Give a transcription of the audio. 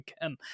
again